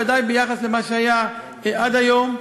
בוודאי ביחס למה שהיה עד היום,